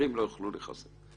המפקחים לא יוכלו להיחשף.